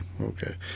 Okay